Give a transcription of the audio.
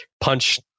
punch